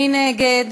מי נגד?